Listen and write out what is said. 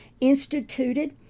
instituted